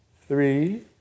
three